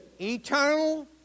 eternal